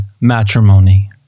matrimony